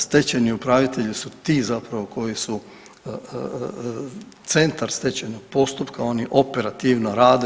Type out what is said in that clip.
Stečajni upravitelji su ti zapravo koji su centar stečajnog postupka, oni operativno rade.